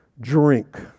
drink